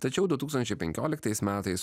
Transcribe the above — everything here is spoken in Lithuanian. tačiau du tūkstančiai penkioliktais metais